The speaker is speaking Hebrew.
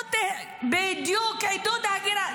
בדיוק, עידוד הגירה.